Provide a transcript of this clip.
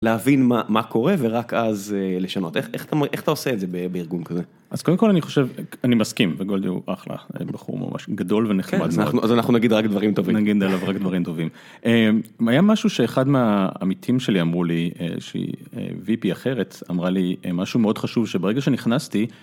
להבין מה קורה ורק אז לשנות, איך אתה עושה את זה בארגון כזה? - אז קודם כל אני חושב, אני מסכים, וגולדי הוא אחלה, הוא בחור ממש גדול ונחמד מאוד. - אז אנחנו נגיד רק דברים טובים. - נגיד עליו רק דברים טובים. היה משהו שאחד מהעמיתים שלי אמרו לי, שהיא VP אחרת, אמרה לי משהו מאוד חשוב, שברגע שנכנסתי,